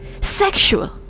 sexual